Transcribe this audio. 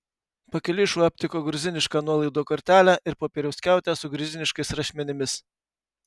pakeliui šuo aptiko gruzinišką nuolaidų kortelę ir popieriaus skiautę su gruziniškais rašmenimis